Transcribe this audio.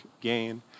gain